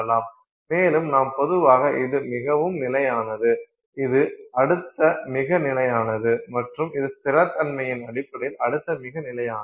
மேலும் நாம் பொதுவாக இது மிகவும் நிலையானது இது அடுத்த மிக நிலையானது மற்றும் இது ஸ்திரத்தன்மையின் அடிப்படையில் அடுத்த மிக நிலையானது